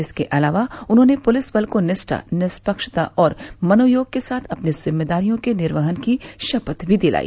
इसके अलावा उन्होंने पुलिस बल को निष्ठा निष्पक्षता और मनोयोग के साथ अपनी जिम्मेदारियों के निर्वहन की शपथ भी दिलाई